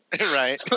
Right